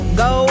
go